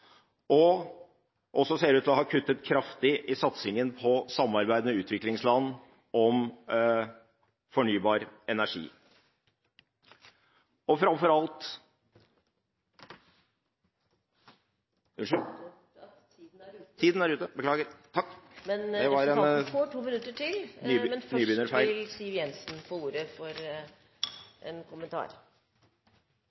ser også ut til at man har kuttet kraftig i satsingen på samarbeidet med utviklingsland om fornybar energi. Jeg er redd tiden er ute. Representanten vil få to minutter til, men først vil statsråd Siv Jensen få ordet til en kommentar. Beklager. Takk. Det var en nybegynnerfeil. La meg først takke for